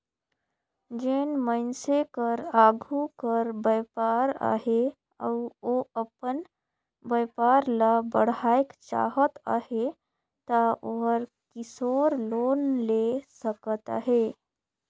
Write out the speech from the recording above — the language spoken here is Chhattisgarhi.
जेन मइनसे कर आघु कर बयपार अहे अउ ओ अपन बयपार ल बढ़ाएक चाहत अहे ता ओहर किसोर लोन ले सकत अहे